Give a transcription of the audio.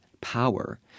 power